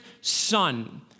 son